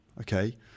okay